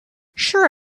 sure